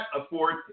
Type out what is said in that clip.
afford